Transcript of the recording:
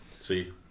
see